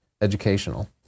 educational